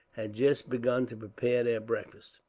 had just begun to prepare their breakfast.